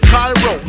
Cairo